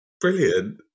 brilliant